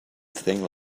thing